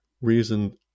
reason